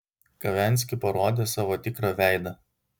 kavenski parodė savo tikrą veidą